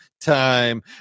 time